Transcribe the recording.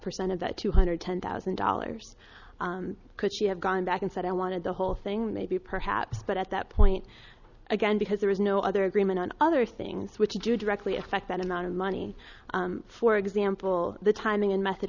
percent of that two hundred ten thousand dollars could she have gone back and said i wanted the whole thing maybe perhaps but at that point again because there is no other agreement on other things which you do directly affect that amount of money for example the timing and method